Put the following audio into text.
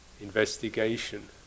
investigation